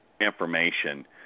information